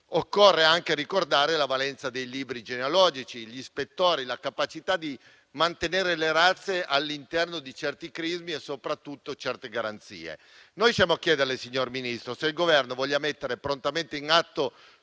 Occorre anche ricordare la valenza dei libri genealogici, gli ispettori e la capacità di mantenere le razze all'interno di certi crismi e soprattutto di certe garanzie. Noi siamo a chiederle, signor Ministro, se il Governo voglia mettere prontamente in atto